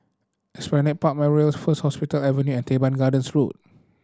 Esplanade Park Memorials First Hospital Avenue and Teban Gardens Road